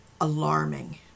alarming